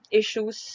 issues